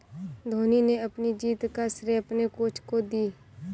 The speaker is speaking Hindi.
धोनी ने अपनी जीत का श्रेय अपने कोच को दी